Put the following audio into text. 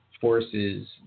forces